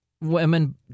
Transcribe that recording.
women